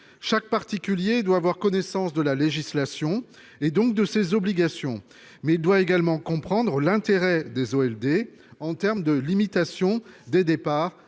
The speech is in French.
Chaque particulier doit avoir connaissance de la législation, et donc de ses obligations, mais il doit également comprendre l'intérêt des OLD pour la limitation des départs